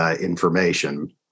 information